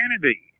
Kennedy